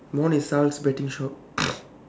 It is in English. my one is tsar's betting shop